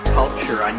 culture